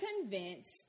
convinced